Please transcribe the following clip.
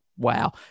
Wow